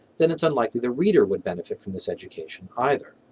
then it's unlikely the reader would benefit from this education either.